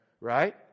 right